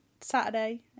Saturday